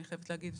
אני חייבת להגיד,